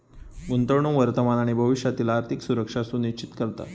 गुंतवणूक वर्तमान आणि भविष्यातील आर्थिक सुरक्षा सुनिश्चित करता